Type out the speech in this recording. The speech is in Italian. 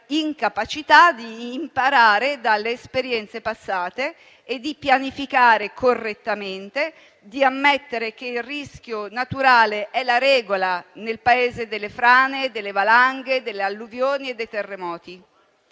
incapacità di imparare dalle esperienze passate, di pianificare correttamente e di ammettere che il rischio naturale è la regola nel Paese delle frane, delle valanghe, delle alluvioni e dei terremoti.